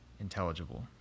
intelligible